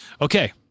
Okay